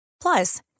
Plus